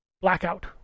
Blackout